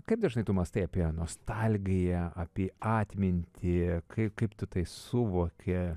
kaip dažnai tu mąstai apie nostalgiją apie atmintį kai kaip tu tai suvoki